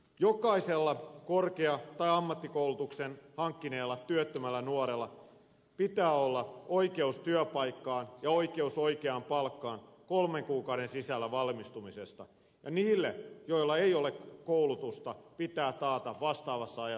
jokaisella korkea tai ammattikoulutuksen hankkineella työttömällä nuorella pitää olla oikeus työpaikkaan ja oikeus oikeaan palkkaan kolmen kuukauden sisällä valmistumisesta ja niille joilla ei ole koulutusta pitää taata vastaavassa ajassa koulutuspaikka